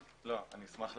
אבל ההפך הוא